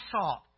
salt